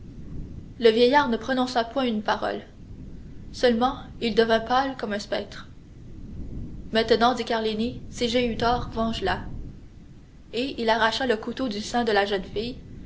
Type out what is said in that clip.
le vieillard ne prononça point une parole seulement il devint pâle comme un spectre maintenant dit carlini si j'ai eu tort venge la et il arracha le couteau du sein de la jeune fille